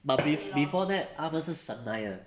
but before that 他们是神来的